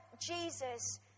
Jesus